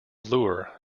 lure